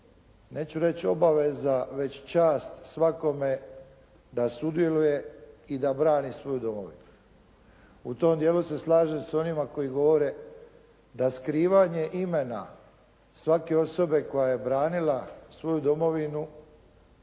neću reći obaveza već čast svakome da sudjeluje i da brani svoju domovinu. U tom dijelu se slažem s onima koji govore da skrivanje imena svake osobe koja je branila svoju domovinu,